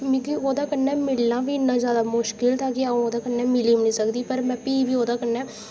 मिगी ओह्दे कन्नै मिलना बी इ'न्ना जादा मुश्कल हा की अं'ऊ ओह्दे कन्नै मिली बी नेईं सकदी ही पर में प्ही बी ओह्दे कन्नै